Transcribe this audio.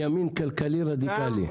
ימין כלכלי רדיקלי.